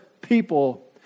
people